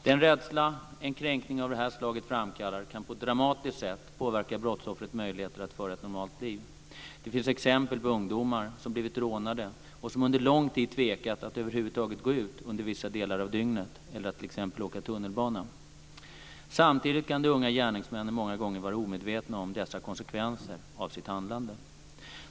Den rädsla en kränkning av det här slaget framkallar kan på ett dramatiskt sätt påverka brottsoffrets möjligheter att föra ett normalt liv. Det finns exempel på ungdomar som blivit rånade och som under lång tid tvekat att över huvud taget gå ut under vissa delar av dygnet eller att t.ex. åka tunnelbana. Samtidigt kan de unga gärningsmännen många gånger vara omedvetna om dessa konsekvenser av sitt handlande.